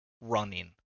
running